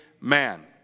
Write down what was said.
man